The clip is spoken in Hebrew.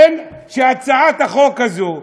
שהצעת החוק הזאת,